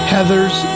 Heathers